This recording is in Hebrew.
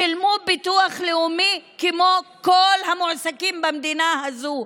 הם שילמו ביטוח לאומי כמו כל המועסקים במדינה הזו,